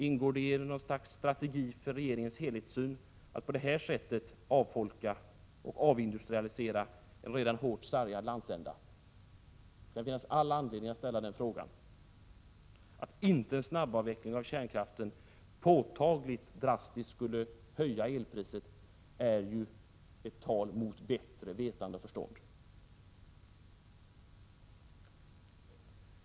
Ingår det i något slags strategi i regeringens helhetssyn att på detta sätt avfolka och avindustrialisera en redan hårt sargad landsända? Det finns all anledning att ställa frågan. Att påstå att en snabb avveckling av kärnkraften inte påtagligt drastiskt skulle höja elpriset är ju att tala mot bättre vetande och förstånd.